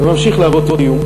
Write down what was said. וממשיך להוות איום,